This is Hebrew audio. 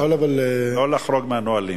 לא לחרוג מהנהלים.